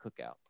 cookout